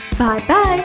Bye-bye